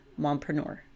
mompreneur